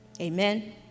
amen